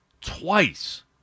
twice